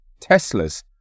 Teslas